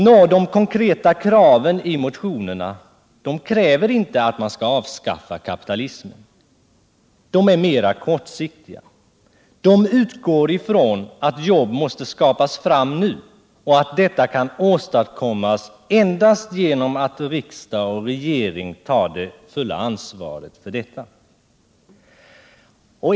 Nå, de konkreta kraven i motionerna innebär inte att man skall avskaffa kapitalismen. De är mera kortsiktiga. De utgår ifrån att jobb måste skapas nu och att så kan ske endast genom att riksdag och regering tar det fulla ansvaret härför.